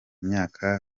myaka